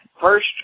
first